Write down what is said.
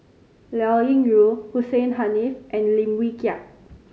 Liao Yingru Hussein Haniff and Lim Wee Kiak